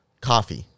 Coffee